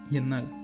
Yenal